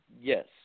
Yes